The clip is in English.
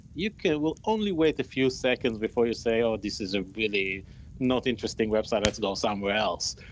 you will only wait a few seconds before you say, oh, this is a really not interesting website. let's go somewhere else.